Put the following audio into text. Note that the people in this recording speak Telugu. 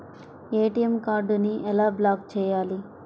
ఏ.టీ.ఎం కార్డుని ఎలా బ్లాక్ చేయాలి?